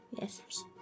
Yes